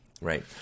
Right